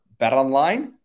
BetOnline